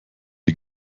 die